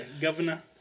Governor